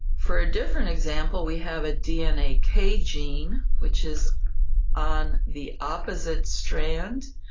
for a different example, we have a dna k gene, which is on the opposite strand.